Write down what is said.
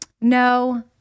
No